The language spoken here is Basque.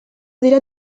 dira